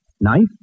Knife